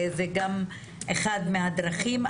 זה גם אחת מהדרכים,